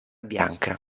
bianca